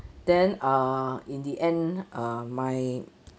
then uh in the end uh my